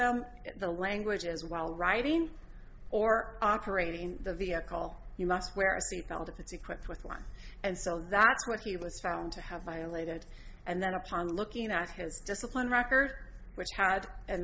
in the language as well writing or operating the vehicle you must wear a seatbelt if it's equipped with one and so that's what he was found to have violated and then upon looking at his discipline record which had